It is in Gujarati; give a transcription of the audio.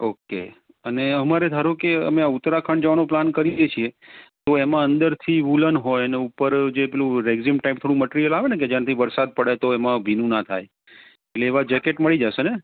ઓકે અમારે ધારોકે ઉત્તરાખંડ જવાનો પ્લાન કરીયે છે તો એમાં અંદર વુલન હોઈ અને ઉપર જે પેલું રેક્ઝિન ટાઈપ થોડું મટેરીઅલ આવે ને કે વરસાદ પડે તો એમાં ભીનું ના થાઈ આવા જેકેટ મળી જશે ને